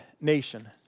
nation